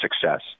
success